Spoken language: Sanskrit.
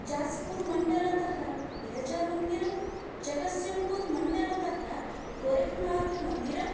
जास्पुरमण्डलतः बिरजामन्दिरं जगस्यम्पुरमण्डलतः गोरखनाथमन्दिरम्